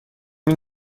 این